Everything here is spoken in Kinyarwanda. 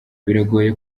biragoye